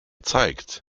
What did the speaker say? zeigt